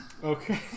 Okay